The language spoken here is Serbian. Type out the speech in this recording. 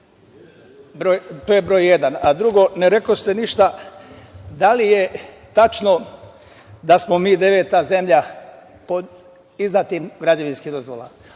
To je broj jedan. Drugo, ne rekoste ništa da li je tačno da smo mi deveta zemlja po izdatim građevinskim dozvolama?